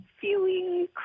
feeling